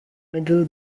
middle